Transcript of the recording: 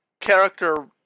character